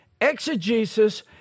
Exegesis